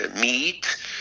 meat